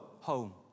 home